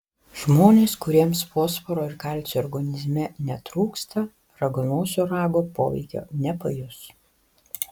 žmonės kuriems fosforo ir kalcio organizme netrūksta raganosio rago poveikio nepajus